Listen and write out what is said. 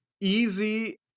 easy